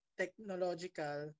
technological